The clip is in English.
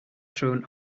thrown